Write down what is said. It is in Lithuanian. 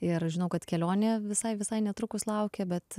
ir žinau kad kelionė visai visai netrukus laukia bet